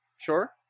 Sure